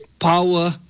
power